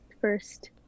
first